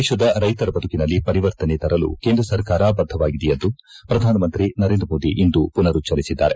ದೇಶದ ರೈತರ ಬದುಕಿನಲ್ಲಿ ಪರಿವರ್ತನೆ ತರಲು ಕೇಂದ್ರ ಸರ್ಕಾರ ಬಧವಾಗಿದೆ ಎಂದು ಪ್ರಧಾನಮಂತ್ರಿ ನರೇಂದ್ರ ಮೋದಿ ಇಂದು ಮನರುಜ್ಞರಿಸಿದ್ದಾರೆ